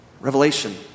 Revelation